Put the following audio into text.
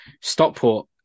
Stockport